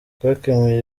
twakemuye